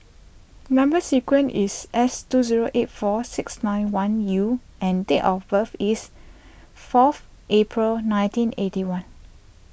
Number Sequence is S two zero eight four six nine one U and date of birth is forth April nineteen eighty one